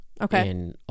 Okay